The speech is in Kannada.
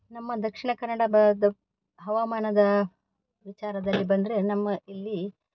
ನಮ್ಮ ದಕ್ಷಿಣ ಕನ್ನಡ ಬ ದ ಹವಾಮಾನದ ವಿಚಾರದಲ್ಲಿ ಬಂದರೆ ನಮ್ಮ ಇಲ್ಲಿ